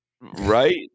Right